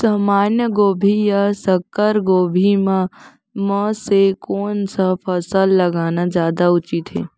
सामान्य गोभी या संकर गोभी म से कोन स फसल लगाना जादा उचित हे?